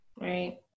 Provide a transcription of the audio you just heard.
Right